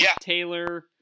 Taylor